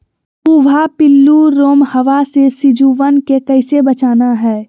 भुवा पिल्लु, रोमहवा से सिजुवन के कैसे बचाना है?